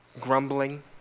grumbling